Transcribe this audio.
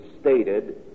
stated